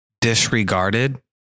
disregarded